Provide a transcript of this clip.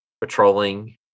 patrolling